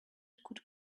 could